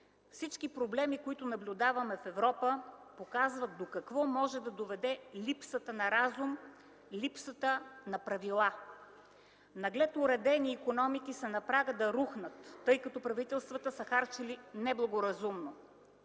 Всички проблеми, които наблюдаваме в Европа, показват до какво може да доведе липсата на разум, липсата на правила. Наглед уредени икономики са на прага да рухнат, тъй като правителствата са харчили неблагоразумно.